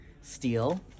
Steel